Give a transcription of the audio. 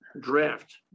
draft